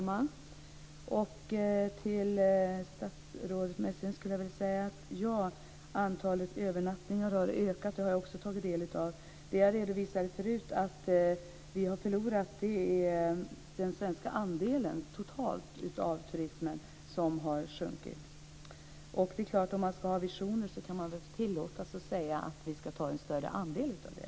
Fru talman! Till statsrådet Messing skulle jag vilja säga att det stämmer att antalet övernattningar har ökat. Det har jag också tagit del av. Det jag redovisade förut var att den svenska andelen av turismen totalt har minskat. Om man ska ha visioner kan man väl tillåta sig att säga att vi ska ta en större andel av turismen.